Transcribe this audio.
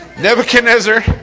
Nebuchadnezzar